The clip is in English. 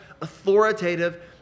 authoritative